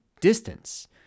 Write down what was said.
distance